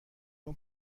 اون